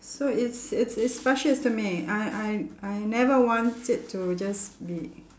so it's it's it's precious to me I I I never want it to just be